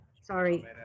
sorry